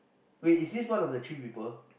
wait is this one of the three people